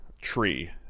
tree